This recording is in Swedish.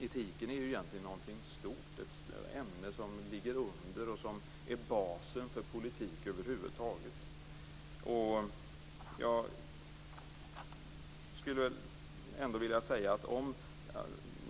Etiken är egentligen någonting stort, ett ämne som ligger under och som är basen för politik över huvud taget.